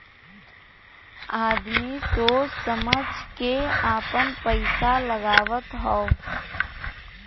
आदमी सोच समझ के आपन पइसा लगावत हौ